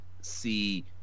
see